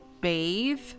bathe